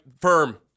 firm